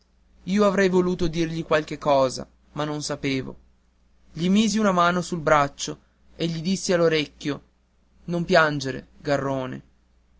io avrei voluto dirgli qualche cosa ma non sapevo gli misi una mano sul braccio e gli dissi all'orecchio non piangere garrone